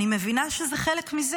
אני מבינה שזה חלק מזה.